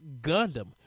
Gundam